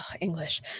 english